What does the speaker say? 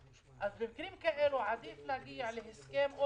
במקרים כאלה עדיף להגיע להסכם,